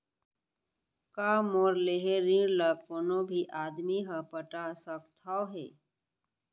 का मोर लेहे ऋण ला कोनो भी आदमी ह पटा सकथव हे?